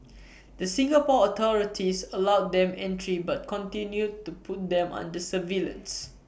the Singapore authorities allowed them entry but continued to put them under surveillance